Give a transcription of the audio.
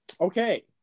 Okay